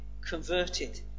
converted